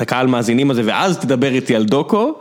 הקהל מאזינים הזה ואז תדבר איתי על דוקו.